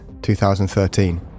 2013